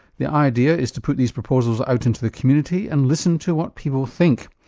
the idea is to put these proposals out into the community and listen to what people think.